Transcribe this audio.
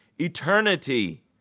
eternity